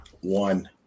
one